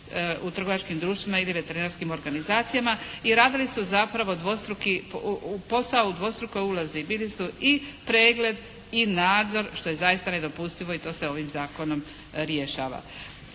u trgovačkim društvima ili veterinarskim organizacijama i radili su zapravo dvostruki posao, posao u dvostrukoj ulozi. Bili su i pregled i nadzor što je zaista nedopustivo i to se ovim zakonom rješava.